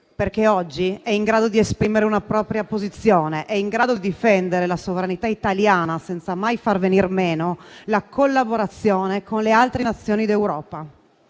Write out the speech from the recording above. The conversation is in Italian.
perché oggi è in grado di esprimere una propria posizione, è in grado di difendere la sovranità italiana senza mai far venir meno la collaborazione con le altre Nazioni d'Europa.